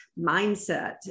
mindset